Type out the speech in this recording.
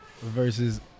versus